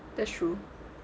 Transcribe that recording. that's true